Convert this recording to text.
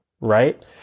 right